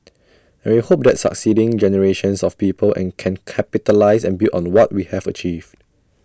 and we hope that succeeding generations of people an can capitalise and build on what we have achieved